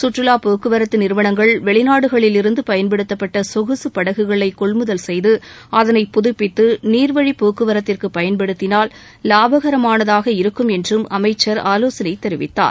சுற்றுலா போக்குவரத்து நிறுவனங்கள் வெளிநாடுகளில் இருந்து பயன்படுத்தப்பட்ட சொகுசு படகுகளை கொள்முதல் செய்து அதனை புதுப்பித்து நீர்வழிப் போக்குவரத்திற்கு பயன்படுத்தினால் லாபகரமானதாக இருக்கும் என்றும் அமைச்சர் ஆலோசனை தெரிவித்தார்